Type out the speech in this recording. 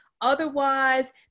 otherwise